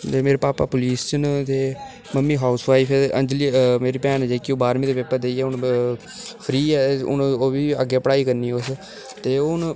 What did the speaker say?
ते मेरे भापा पुलिस च न ते मम्मी हाऊसवाईफ ऐ ते अंजलि भैन जेह्की ओह् बारहमीं दे पेपर देइयै हू'न फ्री ऐ हू'न ओह्बी अग्गै पढ़ाई करनी उस ते हू'न